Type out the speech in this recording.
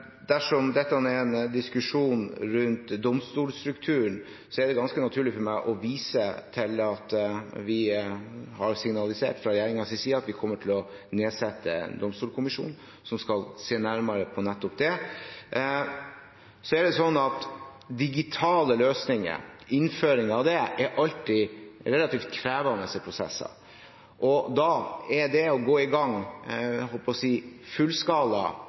Dersom dette er en diskusjon rundt domstolstrukturen, er det ganske naturlig for meg å vise til at vi fra regjeringens side har signalisert at vi kommer til å nedsette en domstolkommisjon, som skal se nærmere på nettopp det. Så er det slik at innføring av digitale løsninger alltid er relativt krevende prosesser. Det vil alltid være en høyere risiko for økt antall feil dersom en går i gang med det fullskala, uten å